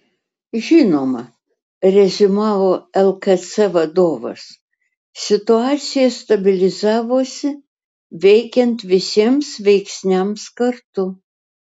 žinoma reziumavo lkc vadovas situacija stabilizavosi veikiant visiems veiksniams kartu